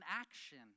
action